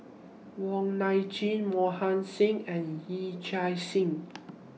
Wong Nai Chin Mohan Singh and Yee Chia Hsing